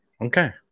Okay